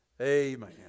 Amen